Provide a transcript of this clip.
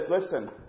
listen